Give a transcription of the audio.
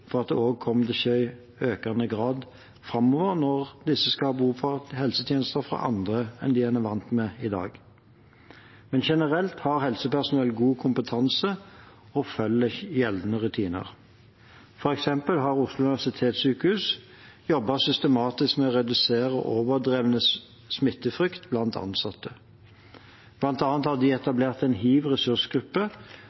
for at det kommer til å skje i økende grad framover når disse får behov for helsetjenester fra andre enn de er vant med i dag. Men generelt har helsepersonell god kompetanse og følger gjeldende rutiner. For eksempel har Oslo universitetssykehus jobbet systematisk med å redusere overdreven smittefrykt blant ansatte. Blant annet har de